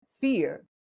fear